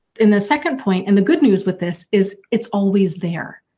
in the second point. and the good news with this is it's always there.